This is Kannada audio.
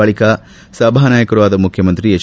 ಬಳಿಕ ಸಭಾನಾಯಕರು ಆದ ಮುಖ್ಯಮಂತ್ರಿ ಎಚ್